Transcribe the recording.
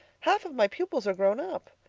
half of my pupils are grown up.